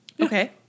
Okay